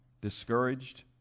discouraged